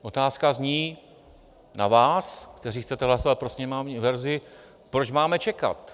Otázka zní na vás, kteří chcete hlasovat pro sněmovní verzi, proč máme čekat?